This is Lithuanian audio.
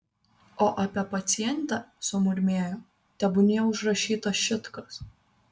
o apie pacientę sumurmėjo tebūnie užrašyta šit kas